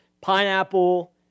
pineapple